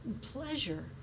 pleasure